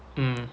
mm